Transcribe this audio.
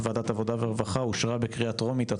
בוועדת עבודה ורווחה אושרה בקריאה ראשונה